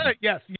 yes